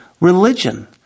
religion